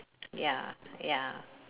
ya ya